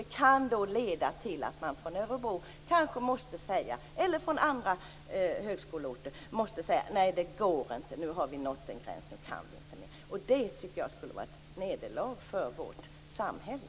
Det kan leda till att man i Örebro eller på andra högskoleorter måste säga att det inte går, att man har nått en gräns och att man inte kan mer. Det tycker jag skulle vara ett nederlag för vårt samhälle.